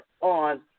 on